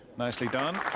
nicely done.